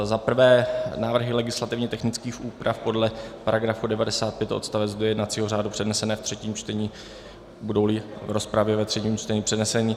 Za prvé návrhy legislativně technických úprav podle § 95 odst. 2 jednacího řádu přednesené ve třetím čtení, budouli v rozpravě ve třetím čtení předneseny.